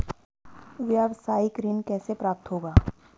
व्यावसायिक ऋण कैसे प्राप्त होगा?